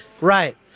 Right